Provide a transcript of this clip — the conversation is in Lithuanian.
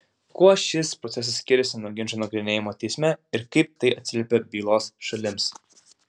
kuo šis procesas skiriasi nuo ginčo nagrinėjimo teisme ir kaip tai atsiliepia bylos šalims